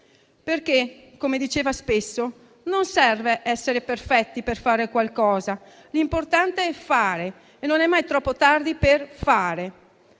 Perché, come diceva spesso, non serve essere perfetti per fare qualcosa, l'importante è fare e non è mai troppo tardi per fare.